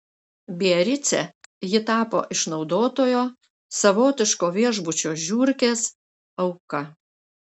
biarice ji tapo išnaudotojo savotiško viešbučio žiurkės auka